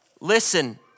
Listen